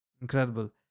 Incredible